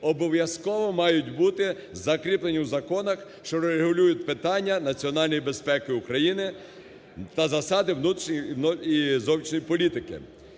обов'язково мають бути закріплені в законах, що регулюють питання національної безпеки України та засади внутрішньої і зовнішньої політики.